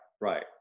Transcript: right